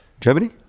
Germany